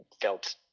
felt